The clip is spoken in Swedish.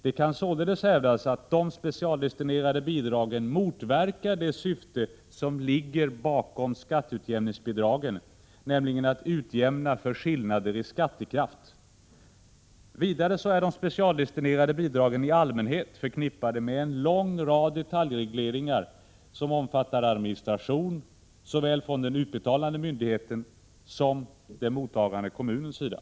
Det kan således hävdas att de specialdestinerade bidragen motverkar det syfte som ligger bakom skatteutjämningsbidragen, nämligen att utjämna skillnader i skattekraft. Vidare är de specialdestinerade bidragen i allmänhet förknippade med en lång rad detaljregleringar omfattande administration från såväl den utbetalande Prot. 1986/87:110 myndigheten som den mottagande kommunens sida.